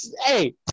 Hey